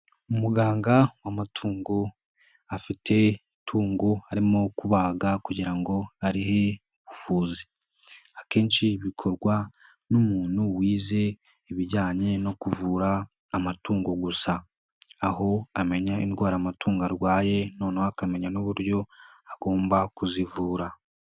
Umuganga w'amatungo afite itungo arimo kubaga kugira ngo arihe ubuvuzi, akenshi bikorwa n'umuntu wize ibijyanye no kuvura amatungo gusa, aho amenya indwara amatungo arwaye noneho akamenya n'uburyo agomba kuzivura.